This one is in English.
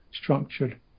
Structured